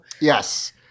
Yes